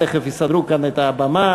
תכף יסדרו כאן את הבמה.